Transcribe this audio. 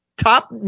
top